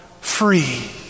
free